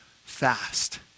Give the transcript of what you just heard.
fast